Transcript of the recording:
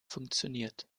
funktioniert